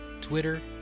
twitter